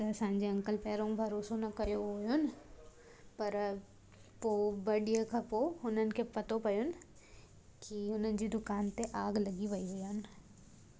त असांजे अंकल पहिरों भरोसो न कयो हुयुनि पर पोइ ॿ ॾींहनि खां पोइ हुननि खे पतो पयुनि की हुननि जी दुकानु ते आग लॻी वई हुयनि